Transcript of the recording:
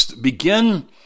Begin